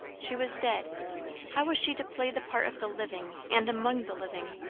she was dead how was she to play the part of the living, and among the living?